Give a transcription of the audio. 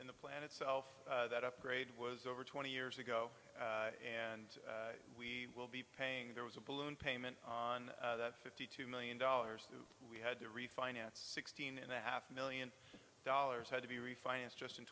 in the plan itself that upgrade was over twenty years ago and we will be paying there was a balloon payment on fifty two million dollars we had to refinance sixteen and a half million dollars had to be refinanced just in